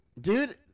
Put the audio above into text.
Dude